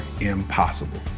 impossible